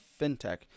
fintech